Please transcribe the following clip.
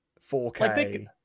4K